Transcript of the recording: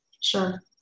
Sure